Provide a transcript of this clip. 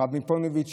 הרב מפוניבז',